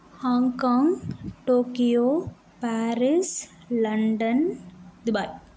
Hong Kong Tokyo Paris London Dubai